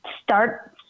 start